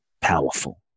powerful